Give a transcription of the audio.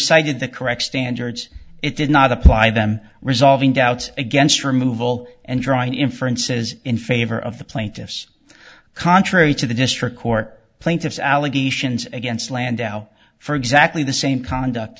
recited the correct standards it did not apply them resolving doubts against removal and drawing inferences in favor of the plaintiffs contrary to the district court plaintiffs allegations against landau for exactly the same conduct